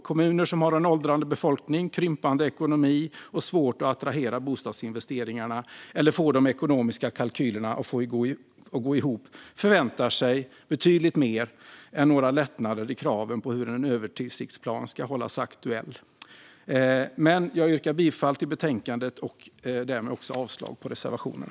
Kommuner som har en åldrande befolkning, krympande ekonomi och svårt att attrahera bostadsinvesteringar eller få de ekonomiska kalkylerna att gå ihop förväntar sig betydligt mer än några lättnader i kraven på hur en översiktsplan ska hållas aktuell. Jag yrkar bifall till förslaget i betänkandet och avslag på reservationerna.